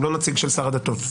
הוא לא נציג של שר הדתות.